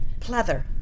Pleather